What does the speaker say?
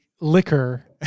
liquor